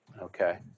okay